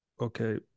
okay